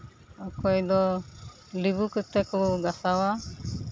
ᱚᱠᱚᱭ ᱫᱚ ᱞᱮᱵᱩ ᱠᱚᱛᱮ ᱠᱚ ᱜᱟᱥᱟᱣᱟ